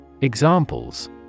Examples